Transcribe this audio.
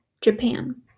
Japan